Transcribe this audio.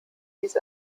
dies